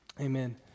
Amen